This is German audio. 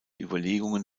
überlegungen